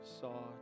saw